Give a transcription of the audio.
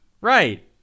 Right